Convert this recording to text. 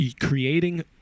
creating